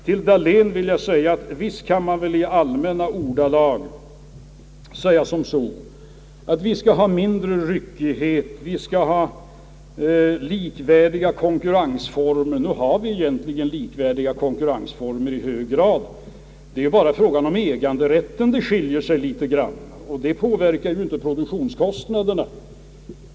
Till herr Dahlén vill jag säga att visst kan man i allmänna ordalag uttrycka det så, att vi skall ha mindre ryckighet i bostadsproduktionen och vi skall ha likvärdiga konkurrensformer, Vi har ju nu i hög grad likvärdiga konkurrensformer. Det är bara i fråga om äganderätten det skiljer sig något, och det påverkar ju inte produktionskostnaderna.